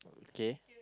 okay